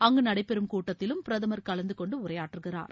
அங்கு நடைபெறும் கூட்டத்திலும் பிரதமர் கலந்து கொண்டு உரையாற்றுகிறார்